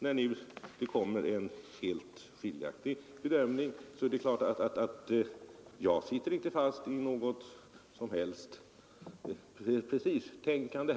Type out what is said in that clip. När en helt annan bedömning nu görs är det klart att jag inte sitter fast i något som helst prestigetänkande.